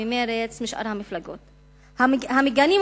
ממרצ ומשאר המפלגות המגינים,